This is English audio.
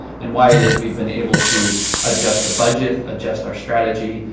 and why it is we've been able to adjust the budget, adjust our strategy,